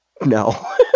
No